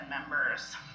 members